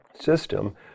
system